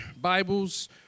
Bibles